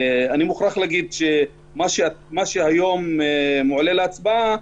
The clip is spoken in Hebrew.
אני מוכרח להגיד שמה שהיום מועלה להצבעה